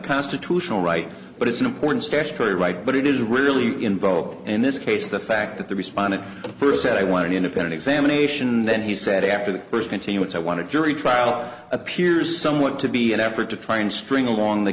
constitutional right but it's an important statutory right but it is really invoked in this case the fact that the respondent first said i want an independent examination then he said after the first continuance i want to jury trial appears somewhat to be an effort to try and string along the